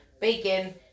bacon